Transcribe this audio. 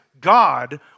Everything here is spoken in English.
God